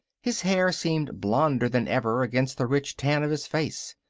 his hair seemed blonder than ever against the rich tan of his face.